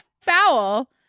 foul